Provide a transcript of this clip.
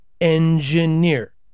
engineer